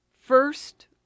first